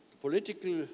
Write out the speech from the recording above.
Political